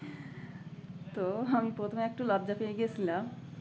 তো আমি প্রথমে একটু লজ্জা পেয়ে গিয়েছিলাম